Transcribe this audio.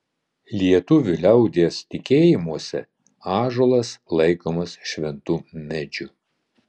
lietuvių liaudies tikėjimuose ąžuolas laikomas šventu medžiu